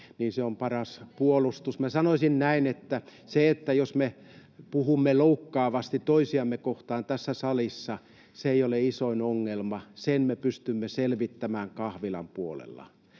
se on paras puolustus. Minä sanoisin, että jos me puhumme loukkaavasti toisiamme kohtaan tässä salissa, se ei ole isoin ongelma, sillä sen me pystymme selvittämään kahvilan puolella.